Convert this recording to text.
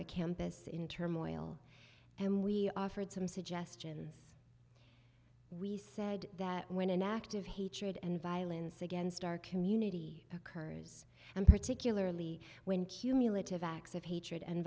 a campus in turmoil and we offered some suggestions we said that when an active hatred and violence against our community a cause and particularly when cumulative acts of hatred and